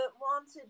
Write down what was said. wanted